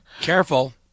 Careful